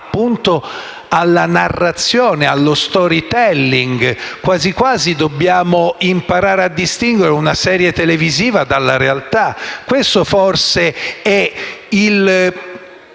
alla narrazione, allo *storytelling*, quasi dovendo imparare a distinguere una serie televisiva dalla realtà. Questo, forse, è lo